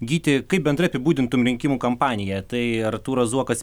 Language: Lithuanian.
gyti kaip bendrai apibūdintum rinkimų kampaniją tai artūras zuokas